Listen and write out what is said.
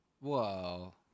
Whoa